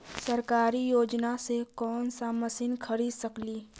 सरकारी योजना से कोन सा मशीन खरीद सकेली?